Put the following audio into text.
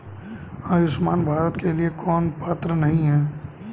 आयुष्मान भारत के लिए कौन पात्र नहीं है?